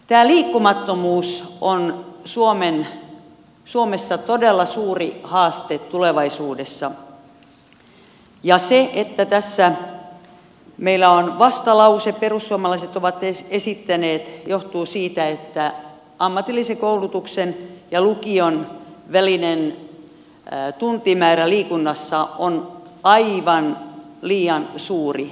tämä liikkumattomuus on suomessa todella suuri haaste tulevaisuudessa ja se että tässä meillä on vastalause perussuomalaiset ovat esittäneet johtuu siitä että ammatillisen koulutuksen ja lukion välinen ero liikunnan tuntimäärässä on aivan liian suuri